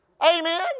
Amen